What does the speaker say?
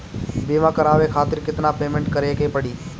बीमा करावे खातिर केतना पेमेंट करे के पड़ी?